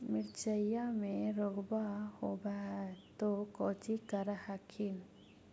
मिर्चया मे रोग्बा होब है तो कौची कर हखिन?